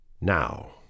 Now